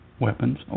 weapons